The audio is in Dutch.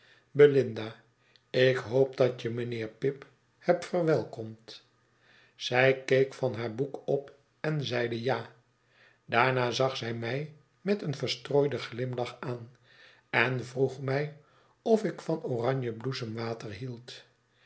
belinda ik hoop dat je mynheer pip hebt verwelkomd zij keek van haar boek op en zeide ja daarna zag zij mij met een verstrooiden glimlach aan en vroeg mij of ik van oranjebloesemwater hie'ld